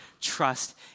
trust